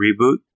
reboot